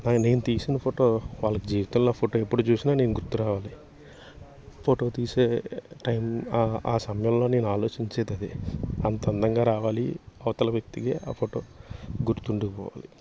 నేను తీసిన ఫోటో వాళ్ళకి జీవితంలో ఫోటో ఎప్పుడు చూసినా నేను గుర్తు రావాలి ఫోటో తీసే టైం ఆ సమయంలో నేను ఆలోచించేది అదే అంత అందంగా రావాలి అవతల వ్యక్తికి ఆ ఫోటో గుర్తుండి పోవాలి